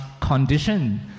condition